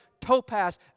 topaz